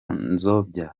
nzobya